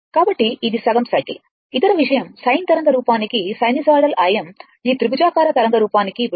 కాబట్టి ఇది సగం సైకిల్ ఇతర విషయం సైన్ తరంగ రూపానికి సైనూసోయిడల్ Im ఈ త్రిభుజాకార తరంగ రూపానికి ఇప్పుడు 1